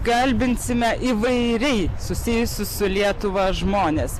kalbinsime įvairiai susijusius su lietuva žmones